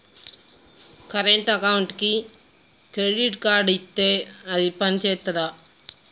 Current అకౌంట్కి credit card ఇత్తే అది పని చేత్తదా?